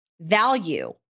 value